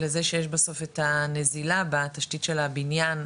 לזה שיש בסוף את הנזילה בתשתית של הבניין,